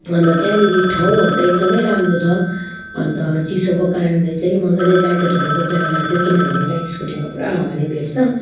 अनि त त्यहाँनिर ठाउँहरू त एकदमै राम्रो छ अनि त चिसोको कारणले चाहिँ मजाले ज्याकेटहरू बोकेर गएका थियौँ किनभने बाइक स्कुटीमा पुरा हावाले भेट्छ